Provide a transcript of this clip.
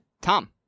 Tom